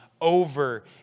over